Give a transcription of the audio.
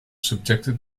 subjected